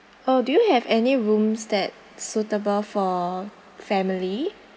oh do you have any rooms that suitable for family